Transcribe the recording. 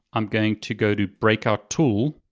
i'm going to go to breakout tool.